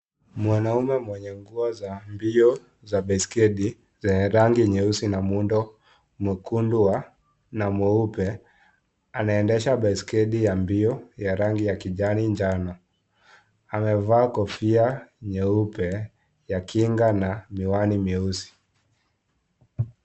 Mwanaume mwenye nguo za mbio za baiskeli, zenye rangi nyeusi na muundo mwekundu wa, na mweupe, anaendesha baiskeli ya mbio ya rangi yankijani njano, amevaa kofia nyeupe ya kinga na, miqani mieusi.